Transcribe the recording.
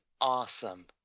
awesome